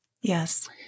Yes